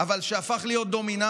אבל חלק שהפך להיות דומיננטי,